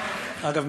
אגב,